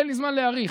אין לי זמן להאריך,